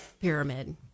pyramid